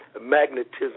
magnetism